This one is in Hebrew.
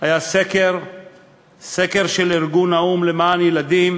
היה בסקר של ארגון האו"ם למען ילדים,